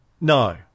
No